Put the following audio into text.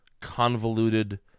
convoluted